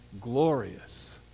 glorious